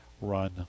run